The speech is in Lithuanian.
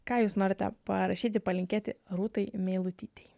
ką jūs norite parašyti palinkėti rūtai meilutytei